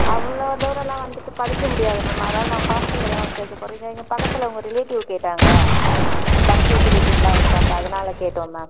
அவ்வளோ தூரலாம் வந்துட்டு படிக்க முடியாது மேம் அதனால் நான் ஹாஸ்டலில் தான் மேம் சேர்க்க போகிறேன் இங்கே இங்கே பக்கத்தில் அவங்க ரிலேட்டிவ் கேட்டாங்க பஸ் ஃபெசிலிட்டிஸ்லாம் இருக்கான்னுட்டு அதனால் கேட்டோம் மேம்